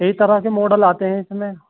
کئی طرح کے ماڈل آتے ہیں اس میں